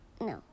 No